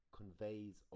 conveys